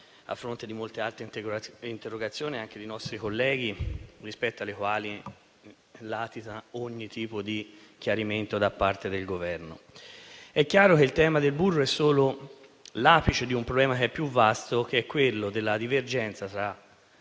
a fronte di molte altre interrogazioni, anche dei nostri colleghi, rispetto alle quali latita ogni tipo di chiarimento da parte del Governo. È chiaro che il tema del burro è solo l'apice di un problema più vasto, che è quello della divergenza tra